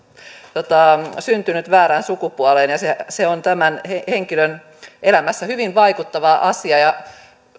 syntynyt väärään sukupuoleen ja se se on tämän henkilön elämässä hyvin vaikuttava asia ja